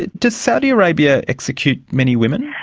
does saudi arabia execute many women?